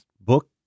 book